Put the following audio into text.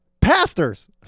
pastors